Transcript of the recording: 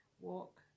walk